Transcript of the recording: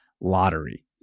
lottery